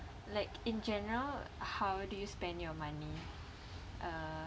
like in general how do you spend your money uh